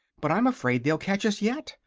but, i'm afraid they'll catch us yet,